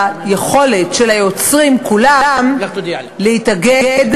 ביכולת של היוצרים כולם להתאגד,